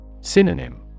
Synonym